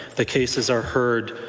the cases are heard,